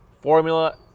Formula